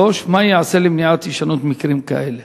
3. מה ייעשה למניעת הישנות מקרים כאלה?